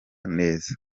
neza